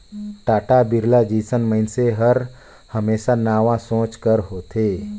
टाटा, बिरला जइसन मइनसे हर हमेसा नावा सोंच कर होथे